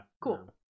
cool